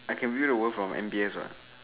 I can view the world from M_B_S what